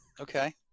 Okay